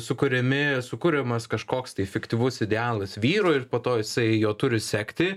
sukuriami sukuriamas kažkoks tai fiktyvus idealas vyrui ir po to jisai jo turi sekti